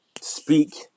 speak